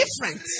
different